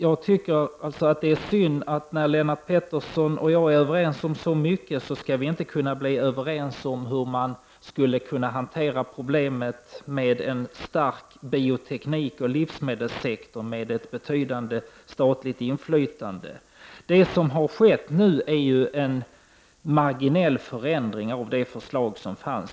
Jag tycker alltså att det är synd att Lennart Pettersson och jag, som är överens om så mycket, inte kan komma överens om hur problemet med en stark bioteknik och en livsmedelssektor med ett betydande statligt inflytande skall hanteras. Det som nu har skett är en marginell förändring av det tidigare förslaget.